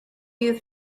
you